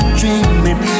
dreaming